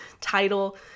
title